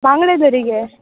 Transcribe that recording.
बांगडें तरी घे